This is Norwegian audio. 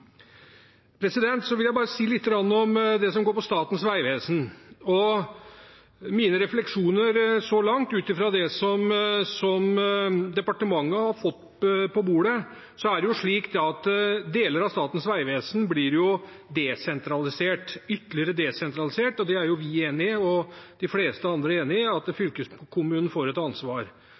Så vil jeg bare si litt om det som går på Statens vegvesen. Mine refleksjoner så langt ut fra det som departementet har fått på bordet, er at deler av Statens vegvesen blir desentralisert, ytterligere desentralisert, og vi og de fleste andre er enig i at fylkeskommunen får et ansvar.